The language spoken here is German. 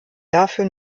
dafür